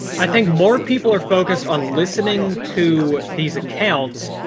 i think more people are focused on listening to these accounts.